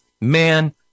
man